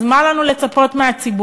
אז מה לנו לצפות מהציבור?